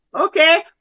Okay